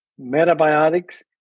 metabiotics